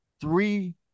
three